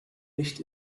nicht